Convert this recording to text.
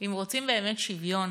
אם רוצים באמת שוויון,